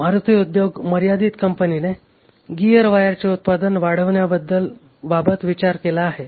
मारुती उद्योग मर्यादित कंपनीने गिअर वायरचे उत्पादन वाढविण्याबाबत विचार केला आहे